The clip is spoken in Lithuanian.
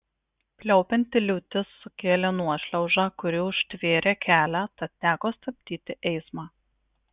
pliaupianti liūtis sukėlė nuošliaužą kuri užtvėrė kelią tad teko stabdyti eismą